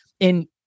And-